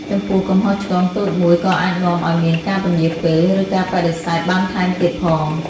ចំពោះ កំហុសឆ្គងតូចមួយក៏អាចនាំឱ្យមានការពន្យារពេល ឬការបដិសេធបានថែមទៀតផង។